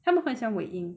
他们很喜欢尾音